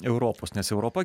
europos nes europa